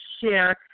share